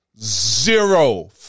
Zero